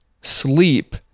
sleep